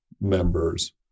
members